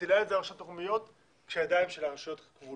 מטילה את זה על הרשויות המקומיות כשהידיים של הרשויות כבולות.